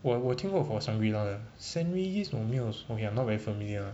我我听过 for shangri-la st regis 我没有 sorry I'm not very familiar